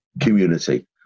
community